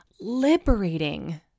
liberating